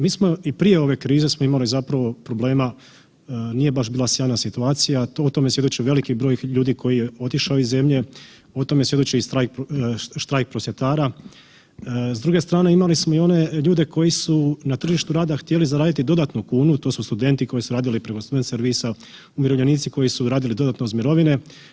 Mi smo i prije ove krize smo imali zapravo problema, nije baš bila sjajna situacija, a o tome svjedoči veliki broj ljudi koji je otišao iz zemlje, o tome svjedoči i štrajk prosvjetara, s druge strane imali smo i one ljude koji su na tržištu rada htjeli zaraditi dodatnu kunu to su studenti koji su radili preko student servisa, umirovljenici koji su radili dodatno uz mirovine.